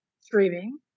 streaming